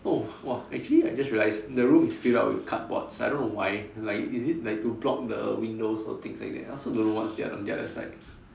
oh !wah! actually I just realized the room is filled up with cardboards I don't know why like is it like to block the windows or things like that I also don't know what's the other on the other side